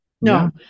no